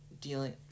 dealing